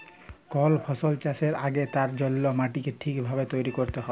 call ফসল চাষের আগেক তার জল্যে মাটিকে ঠিক ভাবে তৈরী ক্যরতে হ্যয়